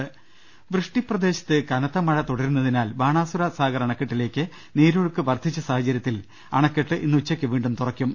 രദ്ദേഷ്ടങ വൃഷ്ടി പ്രദേശത്ത് കനത്ത മഴ തുടരുന്നതിനാൽ ബാണാസുര സാഗർ അണക്കെട്ടിലേക്ക് നീരൊഴുക്ക് വർദ്ധിച്ച സാഹചര്യത്തിൽ അണക്കെട്ട് ഇന്ന് ഉച്ചയ്ക്ക് വീണ്ടും തുറക്കും